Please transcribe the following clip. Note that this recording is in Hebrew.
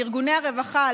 לארגוני הרווחה,